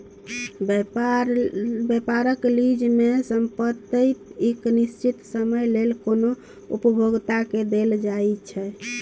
व्यापारिक लीज में संपइत एक निश्चित समय लेल कोनो उपभोक्ता के देल जाइ छइ